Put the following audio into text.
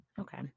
Okay